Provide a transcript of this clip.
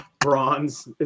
Bronze